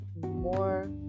more